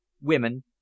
women